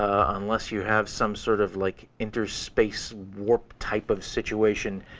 unless you have some sort of like interspace warp type of situation,